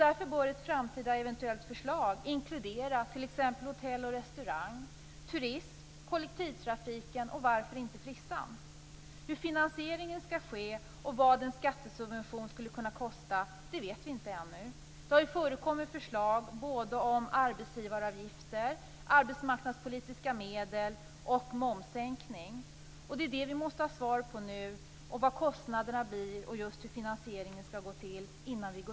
Därför bör ett eventuellt framtida förslag inkludera t.ex. hotell och restaurangnäringarna, turism, kollektivtrafik och varför inte frisörbranschen. Hur finansieringen skall ske och vad en skattesubvention skulle kunna kosta vet vi inte ännu. Det har ju förekommit förslag beträffande både arbetsgivaravgifter och arbetsmarknadspolitiska medel och förslag om en momssänkning. Vi måste innan vi går vidare få besked om vilka kostnaderna blir och hur finansieringen skall gå till.